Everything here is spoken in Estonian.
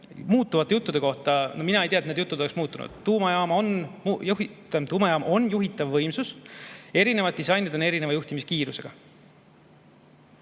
muutuvate juttude kohta: mina ei tea, et need jutud oleks muutunud. Tuumajaam on juhitav võimsus, erinevad disainid on erineva juhtimiskiirusega.